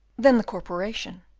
then the corporation,